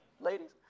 Ladies